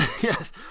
Yes